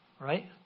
Right